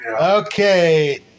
Okay